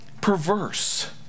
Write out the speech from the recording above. perverse